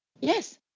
Yes